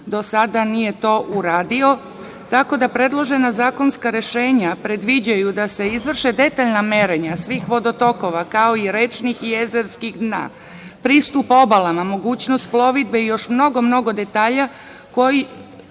do sada nije to uradio. Tako da, predložena zakonska rešenja predviđaju da se izvrše detaljna merenja svih vodotokova, kao i rečnih i jezerskih dna, pristup obalama, mogućnost plovidbe i još mnogo, mnogo detalja koji